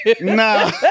Nah